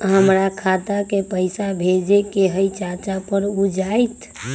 हमरा खाता के पईसा भेजेए के हई चाचा पर ऊ जाएत?